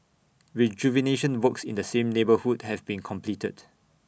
rejuvenation works in the same neighbourhood have been completed